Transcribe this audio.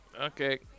Okay